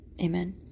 Amen